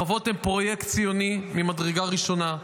החוות הן פרויקט ציוני ממדרגה ראשונה,